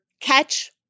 catch